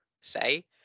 say